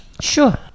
Sure